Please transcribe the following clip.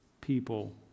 people